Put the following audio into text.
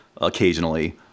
occasionally